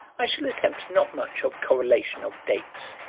i shall attempt not much of correlation of dates.